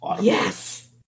Yes